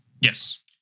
Yes